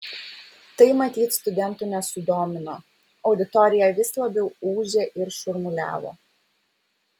tai matyt studentų nesudomino auditorija vis labiau ūžė ir šurmuliavo